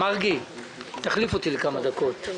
מרגי, תחליף אותי לכמה דקות.